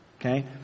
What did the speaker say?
Okay